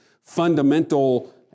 fundamental